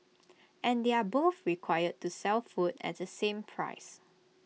and they're both required to sell food at the same price